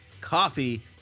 coffee